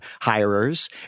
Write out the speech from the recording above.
hirers